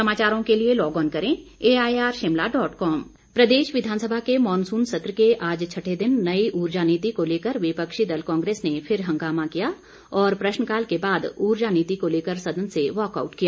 walkout प्रदेश विधानसभा के मानसून सत्र के आज छठे दिन नई ऊर्जा नीति को लेकर विपक्षी दल कांग्रेस ने फिर हंगामा किया और प्रश्नकाल के बाद ऊर्जा नीति को लेकर सदन से वाकआउट किया